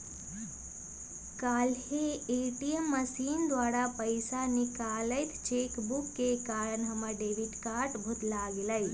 काल्हे ATM machine द्वारा पइसा निकालइत बेर चूक के कारण हमर डेबिट कार्ड भुतला गेल